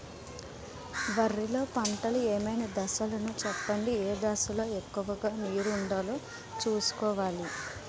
వరిలో పంటలు ఏమైన దశ లను చెప్పండి? ఏ దశ లొ ఎక్కువుగా నీరు వుండేలా చుస్కోవలి?